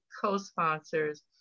co-sponsors